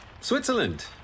Switzerland